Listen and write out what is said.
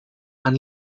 and